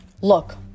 Look